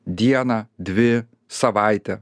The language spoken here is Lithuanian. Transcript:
dieną dvi savaites